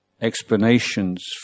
explanations